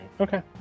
Okay